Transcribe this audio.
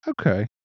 Okay